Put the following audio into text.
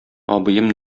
абыем